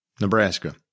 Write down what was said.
Nebraska